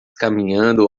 caminhando